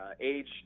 age